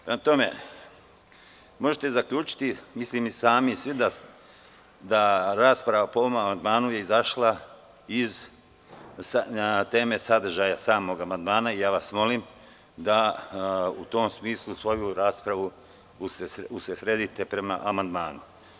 Prema tome možete zaključiti i sami da rasprava po ovom amandmanu je izašla iz teme sadržaja samog amandmana i ja vas molim da svoju raspravu usredsredite prema amandmanu.